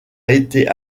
été